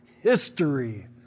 history